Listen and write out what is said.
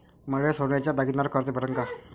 मले सोन्याच्या दागिन्यावर कर्ज भेटन का?